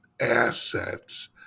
assets